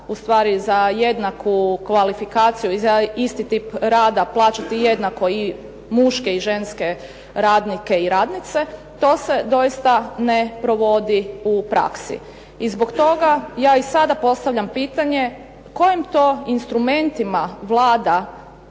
ustvari za jednaku kvalifikaciju i za isti tip rada plaćati jednako i muške i ženske radnike i radnice, to se doista ne provodi u praksi. I zbog toga, ja i sada postavljam pitanjem, kojim to instrumentima Vlada